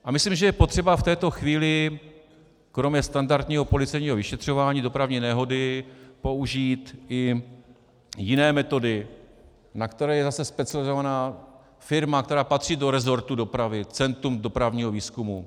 A myslím, že je potřeba v této chvíli kromě standardního policejního vyšetřování dopravní nehody použít i jiné metody, na které je zase specializovaná firma, která patří do rezortu dopravy Centrum dopravního výzkumu.